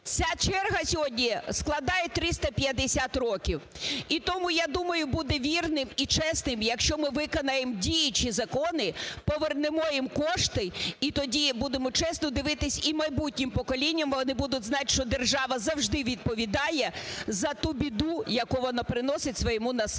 Ця черга сьогодні складає 350 років. І тому, я думаю, буде вірним і чесним, якщо ми виконаємо діючі закони, повернемо їм кошти і тоді будемо чесно дивитись і майбутнім поколінням, а вони будуть знати, що держава завжди відповідає за ту біду, яку вона приносить своєму населенню.